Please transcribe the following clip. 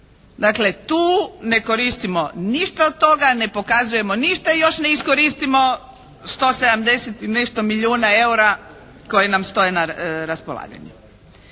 Dakle, tu ne koristimo ništa od toga, ne pokazujemo ništa i još ne iskoristimo 170 i nešto milijuna eura koje nam stoje na raspolaganju.